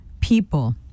people